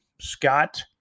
scott